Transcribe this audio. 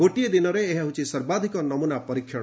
ଗୋଟିଏ ଦିନରେ ଏହା ହେଉଛି ସର୍ବାଧିକ ନମୁନା ପରୀକ୍ଷଣ